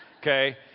okay